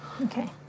Okay